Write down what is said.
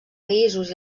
països